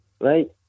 Right